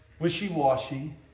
wishy-washy